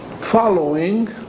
following